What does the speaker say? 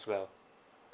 well